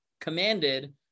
commanded